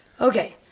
Okay